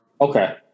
Okay